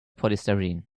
polystyrene